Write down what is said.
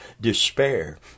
despair